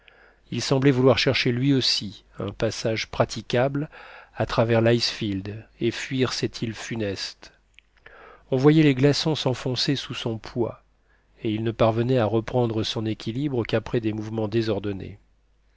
il semblait vouloir chercher lui aussi un passage praticable à travers l'icefield et fuir cette île funeste on voyait les glaçons s'enfoncer sous son poids et il ne parvenait à reprendre son équilibre qu'après des mouvements désordonnés